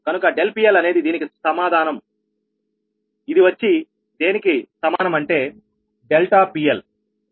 కనుక PL అనేది దీనికి సమానం ఇది వచ్చి దేనికి సమానం అంటే డెల్టా PL